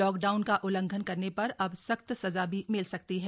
lockdown का उल्लंघन करने पर अब सख्त सजा भी मिल सकती है